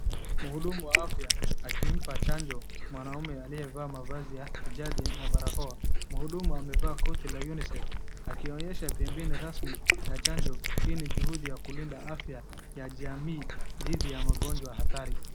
Mhudumu wa afya akimpa chanjo mwanaume aliyevaa mavazi ya kijadi na barakoa. Mhudumu amevaa koti ya Unicef akionyesha pembeni rasmi ya chanjo. Hii ni juhudi ya kulinda afya ya jamii dhidi ya magonjwa hatari.